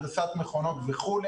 הנדסת מכונו וכו'.